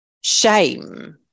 shame